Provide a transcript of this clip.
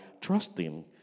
trusting